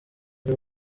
ari